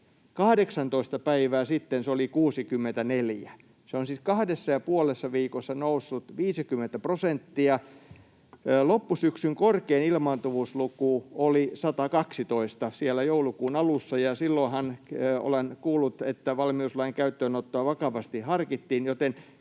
18 päivää sitten se oli 64. Se on siis kahdessa ja puolessa viikossa noussut 50 prosenttia. Loppusyksyn korkein ilmaantuvuusluku oli 112, siellä joulukuun alussa, ja silloinhan, näin olen kuullut, valmiuslain käyttöönottoa vakavasti harkittiin,